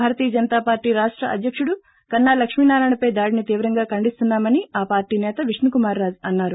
భారతీయ Janata party రాష్ట అధ్యకుడు కన్నా లక్ష్మీనారాయణపై దొడిని తీవ్రంగా ఖండిస్తున్నామని ఆ పార్లో సేత విష్ణుకుమార్గాజు అన్నారు